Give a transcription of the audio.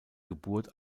geburt